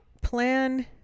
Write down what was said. plan